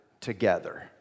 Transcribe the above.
together